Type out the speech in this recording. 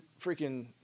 freaking